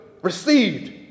received